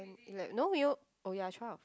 like no oh ya twelve